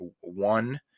one